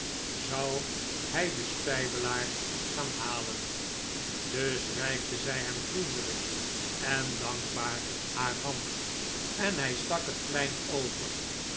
zou hij den spijbelaar gaan halen dus reikte zij hem vriendelijk en dankbaar haar hand en hij stak het plein over